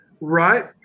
right